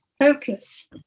hopeless